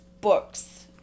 books